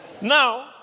Now